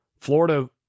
Florida